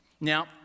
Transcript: Now